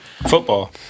Football